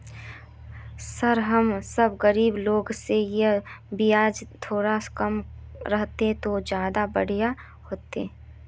sir हम सब गरीब लोग है तो बियाज थोड़ा कम रहते तो ज्यदा बढ़िया होते